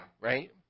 right